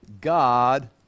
God